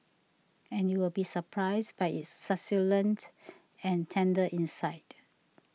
and you'll be surprised by its succulent and tender inside